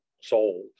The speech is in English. soul